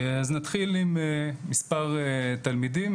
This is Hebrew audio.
אז נתחיל עם מספר תלמידים,